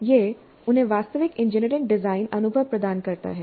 यह उन्हें वास्तविक इंजीनियरिंग डिजाइन अनुभव प्रदान करता है